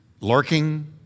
lurking